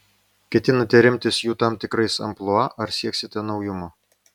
ketinate remtis jų tam tikrais amplua ar sieksite naujumo